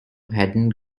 hadn’t